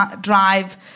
drive